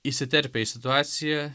įsiterpia į situaciją